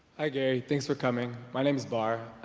hi gary, thanks for coming, my name's barr.